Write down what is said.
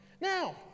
Now